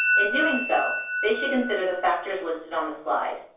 in doing so, they should consider the factors listed on this slide.